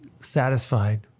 satisfied